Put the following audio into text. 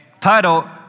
Title